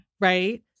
right